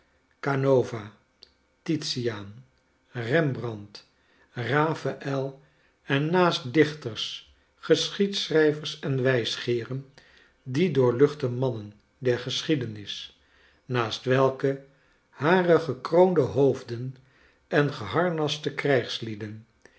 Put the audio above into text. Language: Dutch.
oanova titiaan rembrandt raphael en naast dichters geschiedschrijvers en wijsgeeren die doorluchte mannen der geschiedenis naast welke hare gekroonde hoofden en geharnaste